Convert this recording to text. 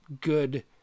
good